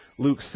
Luke